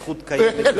הזכות קיימת להם.